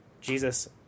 Jesus